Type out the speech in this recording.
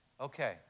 Okay